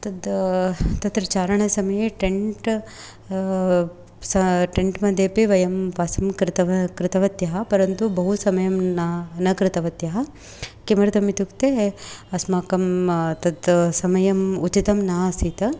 तत् तत्र चारणसमये टेण्ट् सा टेण्ट् मध्येपि वयं वासं कृतं कृतवत्यः परन्तु बहु समयं न न कृतवत्यः किमर्थम् इत्युक्ते अस्माकं तत् समयम् उचितं नासीत्